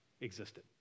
existed